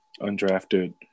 undrafted